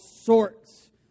sorts